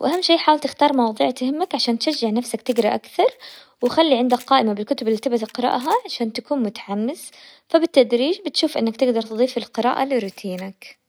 واهم شي حاول تختار مواضيع تهمك عشان تشجع نفسك تقرا اكثر، عندك قائمة بالكتب اللي تبي تقرأها عشان تكون متحمس، فبالتدريج بتشوف انك تقدر تضيف القراءة لروتينك.